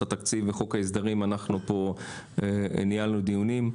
התקציב וחוק ההסדרים אנחנו ניהלנו פה דיונים.